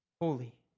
holy